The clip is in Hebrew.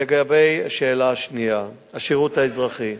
לגבי השאלה השנייה, השירות האזרחי: